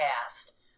past